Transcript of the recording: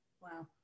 Wow